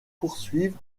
poursuive